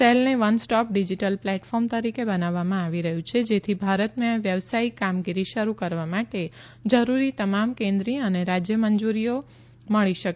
સેલને one stop digital platform તરીકે બનાવવામાં આવી રહ્યું છે જેથી ભારતમાં વ્યવસાયિક કામગીરી શરૂ કરવા માટે જરૂરી તમામ કેન્દ્રિય અને રાજ્ય મંજૂરીઓ મળી શકે